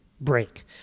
break